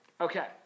Okay